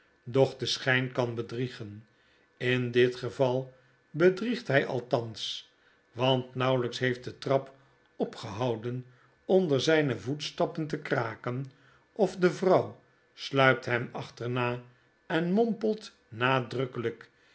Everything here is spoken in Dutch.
de schyn kan bedriegen in dit geval bedriegt hij althans want nauwelijks heeft de trap opgehouden onder zijne voetstappen te kraken of de vrouw sluipt hem achterna en mompelt nadrukkelijk